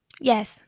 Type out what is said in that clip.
Yes